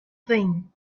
thing